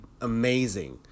amazing